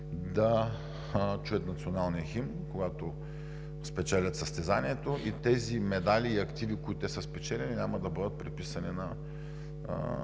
да чуят националния химн, когато спечелят състезанието и тези медали и активи, които са спечелени, няма да бъдат приписани на